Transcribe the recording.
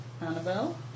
Annabelle